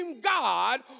God